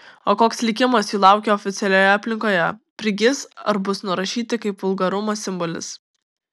o koks likimas jų laukia oficialioje aplinkoje prigis ar bus nurašyti kaip vulgarumo simbolis